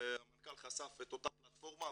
המנכ"ל חשף את אותה פלטפורמה,